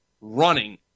running